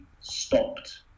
stopped